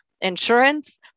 insurance